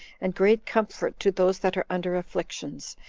and great comfort to those that are under afflictions,